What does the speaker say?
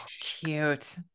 cute